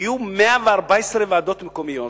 יהיו 114 ועדות מקומיות